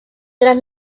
tras